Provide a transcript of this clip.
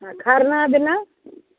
खरना दिना